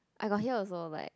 I got hear also like